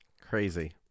Crazy